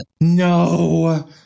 No